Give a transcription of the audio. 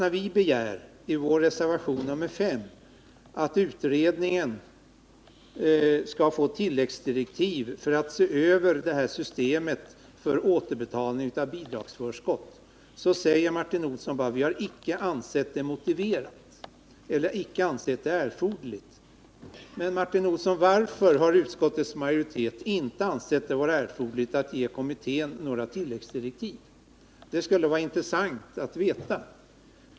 När vi i vår reservation 5 begär att utredningen skall få tilläggsdirektiv för att se över det här systemet för återbetalning av bidragsförskott, säger Martin Olsson att man icke ansett det erforderligt. Men, Martin Olsson, varför har utskottets majoritet inte ansett det vara erforderligt att ge kommittén några tilläggsdirektiv? Det skulle vara intressant att få veta detta.